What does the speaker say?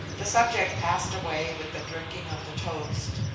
the subject passed away with the drinking of the toast,